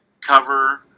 cover